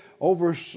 over